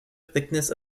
thickness